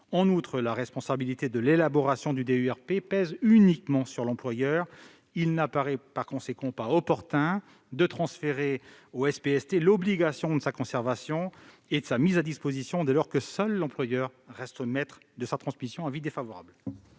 Enfin, la responsabilité de l'élaboration du DUERP pèse uniquement sur l'employeur. Par conséquent, il n'apparaît pas opportun de transférer aux SPST l'obligation de sa conservation et de sa mise à disposition, dès lors que seul l'employeur reste maître de sa transmission. La